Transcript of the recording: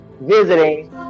visiting